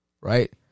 Right